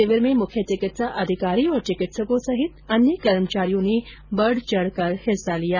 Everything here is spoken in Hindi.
शिविर में मुख्य चिकित्सा अधिकारी और चिकित्सको सहित अन्य कर्मचारियों ने बढचढकर हिस्सा लिया